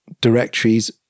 directories